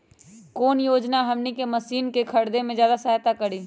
कौन योजना हमनी के मशीन के खरीद में ज्यादा सहायता करी?